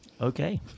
Okay